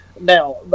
Now